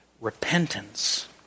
repentance